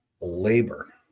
labor